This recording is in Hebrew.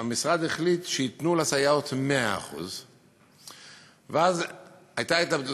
המשרד החליט שייתנו לסייעות 100%. ואז ההתלבטות